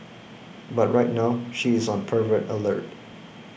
but right now she is on pervert alert